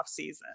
offseason